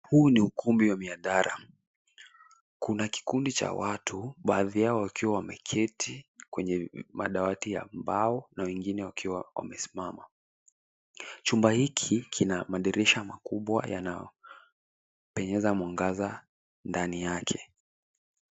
Huu ni ukumbi wa mihadhara. Kuna kikundi wa watu baadhi yao wakiwa wameketi kwenye madawati ya mbao na wengine wakiwa wamesimama. Chumba hiki kina madirisha makubwa yanayopenyeza mwangaza ndani yake.